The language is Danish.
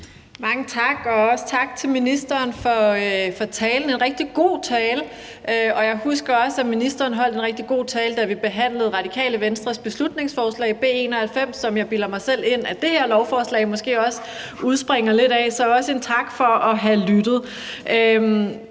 Mange tak. Også tak til ministeren for talen. Det var en rigtig god tale, og jeg husker også, at ministeren holdt en rigtig god tale, da vi behandlede Radikale Venstres beslutningsforslag B 91, som jeg bilder mig selv ind at det her lovforslag måske også udspringer lidt af, så der skal også lyde en tak for at have lyttet.